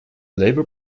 labour